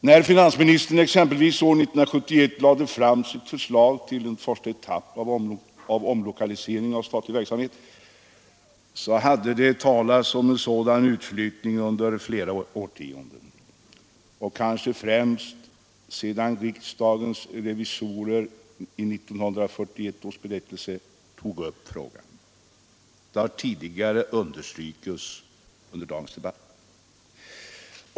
När finansministern år 1971 lade fram sitt förslag till en första etapp av omlokalisering av statlig verksamhet hade det talats om sådan utflyttning under flera årtionden och kanske främst sedan riksdagens revisorer i 1941 års berättelse tagit upp frågan. Detta har tidigare understrukits i dagens debatt.